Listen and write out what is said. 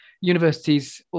universities